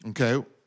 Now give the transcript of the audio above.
okay